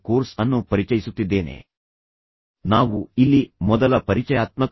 ನಾನು ಐಐಟಿ ಕಾನ್ಪುರದ ಮಾನವಿಕ ಮತ್ತು ಸಾಮಾಜಿಕ ವಿಜ್ಞಾನ ವಿಭಾಗದ ಇಂಗ್ಲಿಷ್ ಪ್ರಾಧ್ಯಾಪಕ